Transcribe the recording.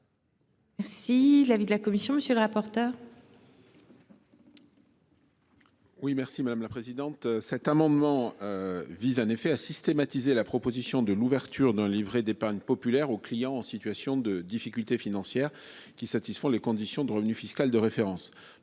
Si l'avis de la commission. Monsieur le rapporteur. Oui merci madame la présidente. Cet amendement. Vise en effet à systématiser la proposition de l'ouverture d'un livret d'épargne populaire aux clients en situation de difficulté financière qui satisfont les conditions de revenu fiscal de référence